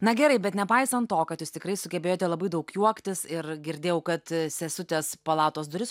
na gerai bet nepaisant to kad jūs tikrai sugebėjote labai daug juoktis ir girdėjau kad sesutės palatos duris